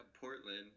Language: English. Portland